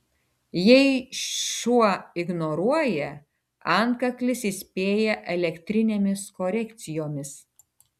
jei šuo ignoruoja antkaklis įspėja elektrinėmis korekcijomis